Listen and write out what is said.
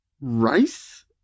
rice